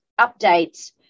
updates